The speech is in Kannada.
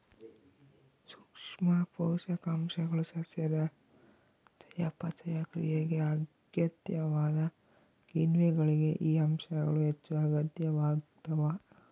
ಸೂಕ್ಷ್ಮ ಪೋಷಕಾಂಶಗಳು ಸಸ್ಯದ ಚಯಾಪಚಯ ಕ್ರಿಯೆಗೆ ಅಗತ್ಯವಾದ ಕಿಣ್ವಗಳಿಗೆ ಈ ಅಂಶಗಳು ಹೆಚ್ಚುಅಗತ್ಯವಾಗ್ತಾವ